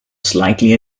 slightly